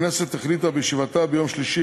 הכנסת החליטה בישיבתה ביום שני,